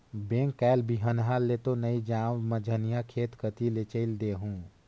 bank कायल बिहन्हा ले तो नइ जाओं, मझिन्हा खेत कति ले चयल देहूँ